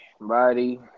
body